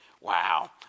Wow